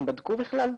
הם בדקו בכלל?